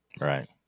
Right